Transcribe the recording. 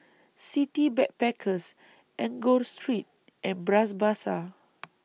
City Backpackers Enggor Street and Bras Basah